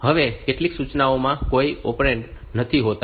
હવે કેટલીક સૂચનાઓમાં કોઈ ઓપરેન્ડ નથી હોતા